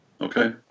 Okay